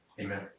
Amen